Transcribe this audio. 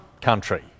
country